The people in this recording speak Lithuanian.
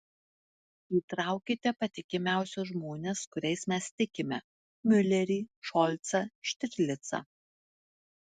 įtraukite patikimiausius žmones kuriais mes tikime miulerį šolcą štirlicą